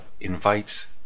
invites